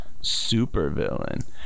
supervillain